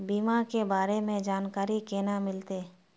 बीमा के बारे में जानकारी केना मिलते?